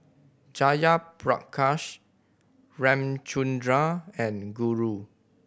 Jayaprakash Ramchundra and Guru